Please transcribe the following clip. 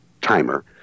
timer